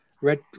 Red